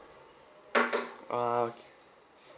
ah okay